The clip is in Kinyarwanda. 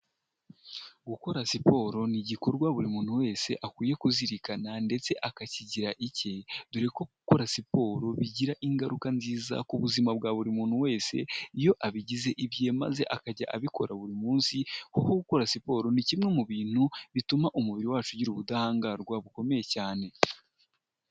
Gukora siporo ni igikorwa buri muntu wese akwiye kuzirikana ndetse akakigira icye, dore ko gukora siporo bigira ingaruka nziza ku buzima bwa buri muntu wese iyo abigize ibiye maze akajya abikora buri munsi, kuko gukora siporo ni kimwe mu bintu bituma umubiri wacu ugira ubudahangarwa bukomeye cyane.